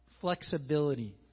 Flexibility